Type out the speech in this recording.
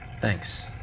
Thanks